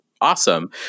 awesome